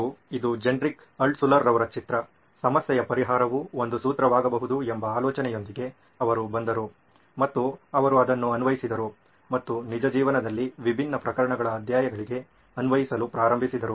ಹಾಗೂ ಇದು Genrich Altshuller ರವರ ಚಿತ್ರ ಸಮಸ್ಯೆಯ ಪರಿಹಾರವು ಒಂದು ಸೂತ್ರವಾಗಬಹುದು ಎಂಬ ಆಲೋಚನೆಯೊಂದಿಗೆ ಅವರು ಬಂದರು ಮತ್ತು ಅವರು ಅದನ್ನು ಅನ್ವಯಿಸಿದರು ಮತ್ತು ನಿಜ ಜೀವನದಲ್ಲಿ ವಿಭಿನ್ನ ಪ್ರಕರಣ ಅಧ್ಯಯನಗಳಿಗೆ ಅನ್ವಯಿಸಲು ಪ್ರಾರಂಭಿಸಿದರು